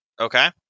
Okay